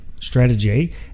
strategy